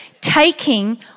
taking